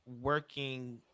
working